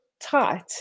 tight